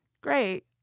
Great